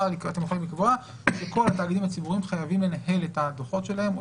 אתם יכולים לקבוע שהתאגידים הציבוריים חייבים לנהל את הדוחות שלהם או